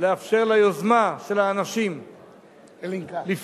לאפשר ליוזמה של האנשים לפרוח,